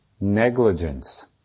negligence